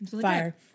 fire